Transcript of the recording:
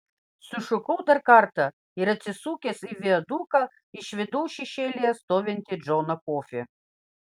sušukau dar kartą ir atsisukęs į viaduką išvydau šešėlyje stovintį džoną kofį